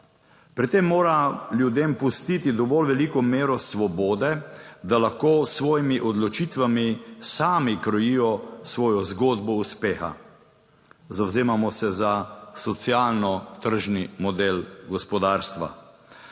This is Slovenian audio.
Pri tem mora ljudem pustiti dovolj veliko mero svobode, da lahko s svojimi odločitvami sami krojijo svojo zgodbo uspeha. Zavzemamo se za socialno tržni model gospodarstva.